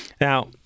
Now